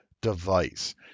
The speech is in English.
device